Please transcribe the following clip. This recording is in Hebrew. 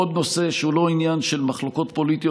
שזה עוד נושא שהוא לא עניין של מחלוקות פוליטיות,